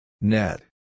Net